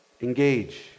Engage